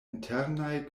internaj